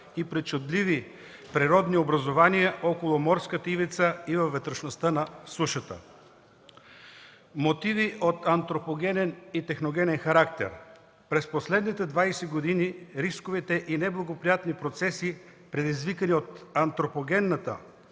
и причудливи природни образувания около морската ивица и във вътрешността на сушата. Мотиви от антропогенен и техногенен характер През последните двадесет години рисковете и неблагоприятните процеси, предизвикани от антропогенната,